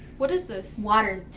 what is this? water, duh.